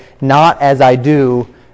not-as-I-do